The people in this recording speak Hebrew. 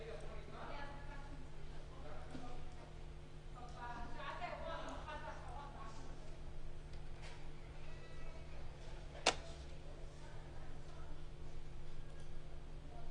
הישיבה ננעלה בשעה 14:00.